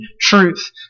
truth